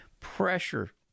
pressure